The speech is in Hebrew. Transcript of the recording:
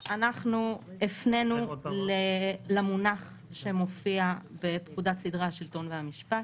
הפנינו למונח שמופיע בפקודת סדרי השלטון והמשפט,